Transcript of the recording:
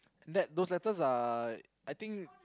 that those letters are I think